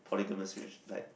polygamous age like